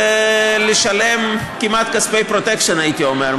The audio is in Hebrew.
זה לשלם כמעט כספי פרוטקשן, הייתי אומר.